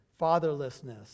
fatherlessness